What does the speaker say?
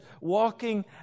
walking